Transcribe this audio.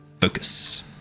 focus